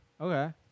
Okay